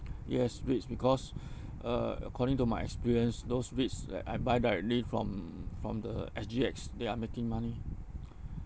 yes REITs because uh according to my experience those REITs like I buy directly from from the S_G_X they are making money